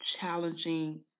challenging